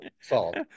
salt